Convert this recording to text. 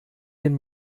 den